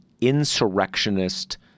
insurrectionist